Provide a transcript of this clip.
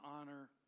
honor